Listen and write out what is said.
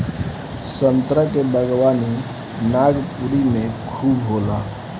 संतरा के बागवानी नागपुर में खूब होला